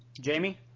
Jamie